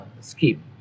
scheme